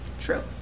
True